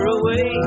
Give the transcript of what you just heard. away